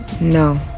No